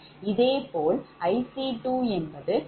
இதேபோல் 𝐼𝐶240